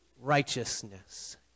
righteousness